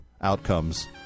outcomes